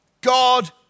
God